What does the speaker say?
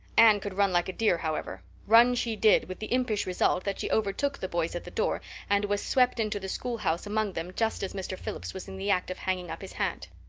anne could run like a deer, however run she did with the impish result that she overtook the boys at the door and was swept into the schoolhouse among them just as mr. phillips was in the act of hanging up his hat.